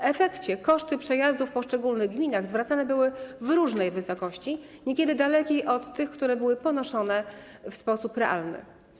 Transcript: W efekcie koszty przejazdów w poszczególnych gminach były zwracane w różnej wysokości, niekiedy dalekiej od tych, które były ponoszone w sposób realny.